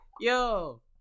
Yo